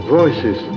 voices